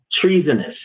treasonous